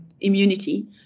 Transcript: immunity